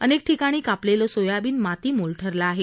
अनेक ठिकाणी कापलेलं सोयाबीन मातीमोल ठरलं आहे